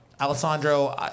Alessandro